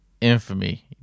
Infamy